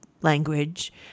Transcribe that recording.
language